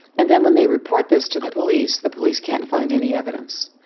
and then when they report this to the police, the police can't find any evidence.